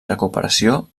recuperació